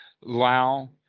Lao